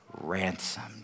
Ransomed